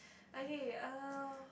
okay err